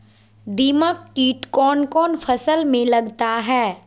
दीमक किट कौन कौन फसल में लगता है?